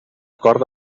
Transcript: corda